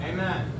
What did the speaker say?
Amen